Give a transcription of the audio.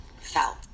felt